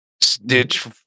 Stitch